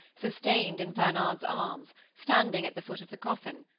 sustained in planard's arms, standing at the foot of the coffin,